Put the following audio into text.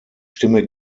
stimme